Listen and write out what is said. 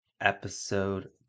episode